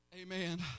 Amen